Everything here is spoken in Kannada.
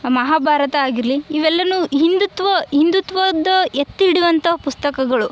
ಮಹಾಭಾರತ ಆಗಿರಲಿ ಇವೆಲ್ಲನು ಹಿಂದುತ್ವ ಹಿಂದುತ್ವದ ಎತ್ತಿ ಹಿಡಿಯುವಂಥ ಪುಸ್ತಕಗಳು